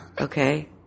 Okay